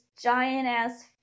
giant-ass